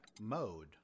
mode